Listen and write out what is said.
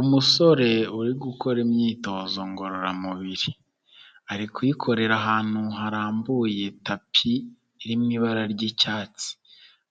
Umusore uri gukora imyitozo ngororamubiri. Ari kuyikorera ahantu harambuye tapi iri mu ibara ry'icyatsi.